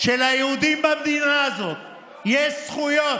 שליהודים במדינה הזאת יש זכויות,